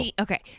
okay